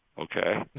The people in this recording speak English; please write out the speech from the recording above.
Okay